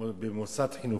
במוסד חינוכי,